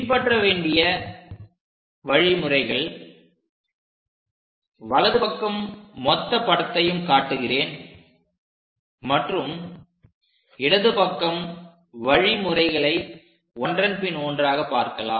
பின்பற்ற வேண்டிய வழிமுறைகள் வலதுபக்கம் மொத்த படத்தையும் காட்டுகிறேன் மற்றும் இடது பக்கம் வழிமுறைகளை ஒன்றன்பின் ஒன்றாக பார்க்கலாம்